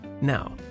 Now